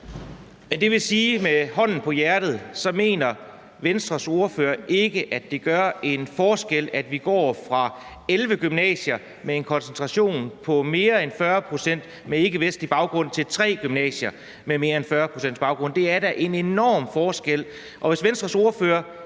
(S): Det vil sige, at med hånden på hjertet mener Venstres ordfører ikke, at det gør en forskel, at vi går fra 11 gymnasier med en koncentration på mere end 40 pct. med ikkevestlig baggrund til tre gymnasier med mere end 40 pct. med ikkevestlig baggrund. Det er da en enorm forskel. Og hvis Venstres ordfører